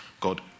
God